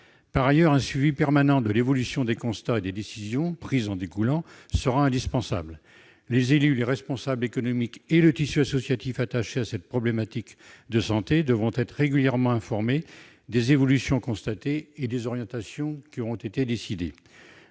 Par ailleurs, un suivi permanent de l'évolution des constats et des décisions prises sera indispensable. Les élus, les responsables économiques et le tissu associatif attaché à cette problématique de santé devront être régulièrement informés des évolutions constatées et des orientations qui auront été décidées.